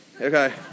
Okay